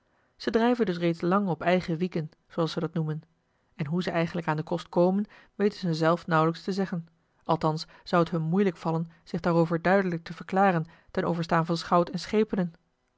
dus reeds lang op eigen wieken zooals ze dat noemen en hoe ze eigenlijk aan den kost komen weten ze zelf nauwlijks te zeggen althans zou het hun moeilijk vallen zich daarover duidelijk te verklaren ten overstaan van schout en schepenen